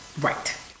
Right